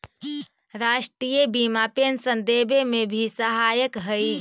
राष्ट्रीय बीमा पेंशन देवे में भी सहायक हई